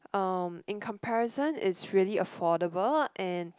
uh in comparison it's really affordable and